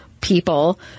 people